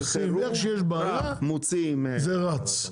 איך שיש בעיה זה רץ.